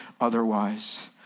otherwise